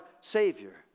Savior